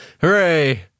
Hooray